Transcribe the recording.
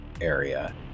area